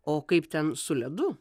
o kaip ten su ledu